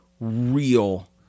real